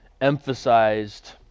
emphasized